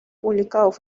publicados